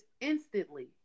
instantly